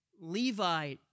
Levi